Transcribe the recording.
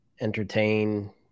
entertain